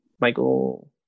michael